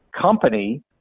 company